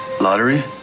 lottery